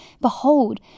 Behold